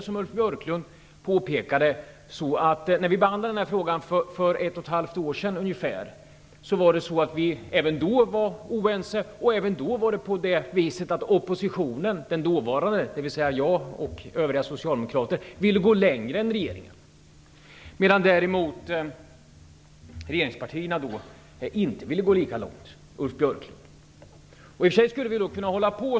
Som Ulf Björklund påpekade var vi oense även när den här frågan behandlades för ungefär ett och ett halvt år sedan. Även då ville den dåvarande oppositionen, dvs., jag och övriga socialdemokrater, gå längre än regeringen medan regeringspartierna däremot inte ville gå lika långt. Så här skulle vi kunna hålla på.